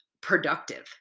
productive